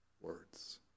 words